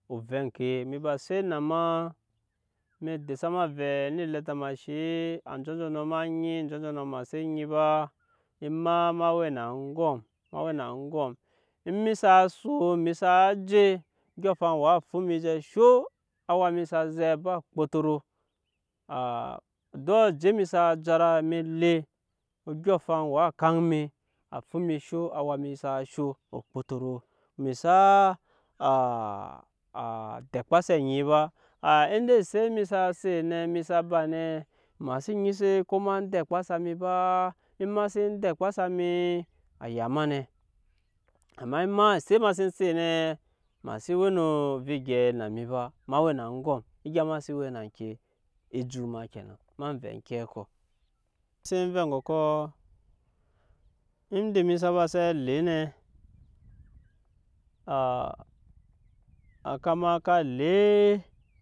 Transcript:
Ovɛ eŋke emi ba set na ma emi desa ma avɛ eni leta ma eshe anjɔnjɔnɔ ma nyi anjɔnjɔnɔ anjɔnjɔnɔ ma xsen nyi be ema ma we na aŋgɔm ema we na aŋgɔm emi saa son mi sa je odyɔŋ afaŋ waa fu mi je sho awa sa zek a ba okpotoro duk aje mi saa jera em'ele odyɔŋ waa kaŋ mi a fu mi je sho awa mi sa sho okpotoro emi xsa tokpase anyi ba indai eset mi sa set nɛ emi sa ba nɛ ema xsen nyise ko ma dɛkpasa mi ba ema sen dɛkpasa mi á ya ma nɛ amma ema eset ma seen set nɛ ema xse we no ovɛ egyɛi na mi ba ema we na aŋgɔm egya ma se we na ŋke ejut ma kenan ma vɛ ŋkeɛ kɔ sen vɛ eŋgɔkɔ inda mi sa ba zɛle nɛ á ka maa ka le.